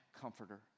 comforter